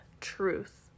truth